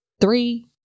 three